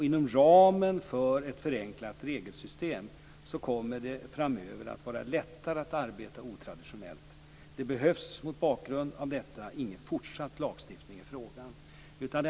Inom ramen för ett förenklat regelsystem kommer det framöver att vara lättare att arbeta otraditionellt. Det behövs mot bakgrund av detta ingen fortsatt lagstiftning i frågan.